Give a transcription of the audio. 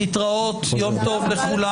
יום טוב לכולם.